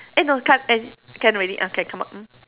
eh no ca~ end can already ah can come out mm